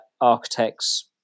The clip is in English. architects